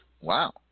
Wow